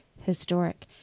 historic